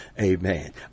amen